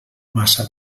massa